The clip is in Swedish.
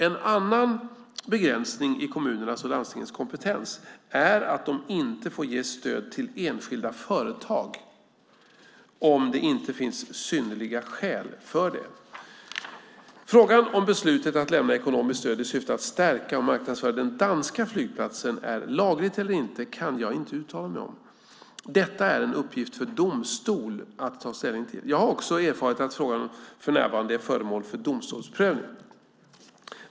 En annan begränsning i kommunernas och landstingens kompetens är att de inte får ge stöd till enskilda företag om det inte finns synnerliga skäl för det. Frågan om beslutet att lämna ekonomiskt stöd i syfte att stärka och marknadsföra den danska flygplatsen är lagligt eller inte kan jag inte uttala mig om. Detta är en uppgift för domstol att ta ställning till. Jag har också erfarit att frågan för närvarande är föremål för domstolsprövning.